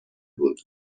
بود